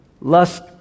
Lust